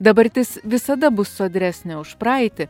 dabartis visada bus sodresnė už praeitį